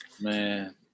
Man